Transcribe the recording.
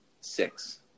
six